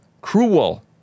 Cruel